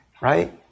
Right